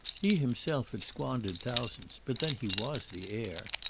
he himself had squandered thousands, but then he was the heir.